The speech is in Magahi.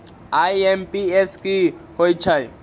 आई.एम.पी.एस की होईछइ?